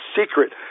secret